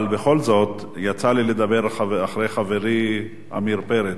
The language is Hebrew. אבל בכל זאת, יצא לי לדבר אחרי חברי עמיר פרץ.